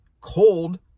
Cold